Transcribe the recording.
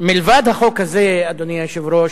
אדוני היושב-ראש,